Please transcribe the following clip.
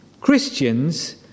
Christians